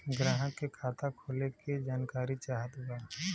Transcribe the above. ग्राहक के खाता खोले के जानकारी चाहत बा?